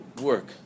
work